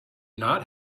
not